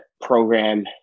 program